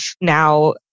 now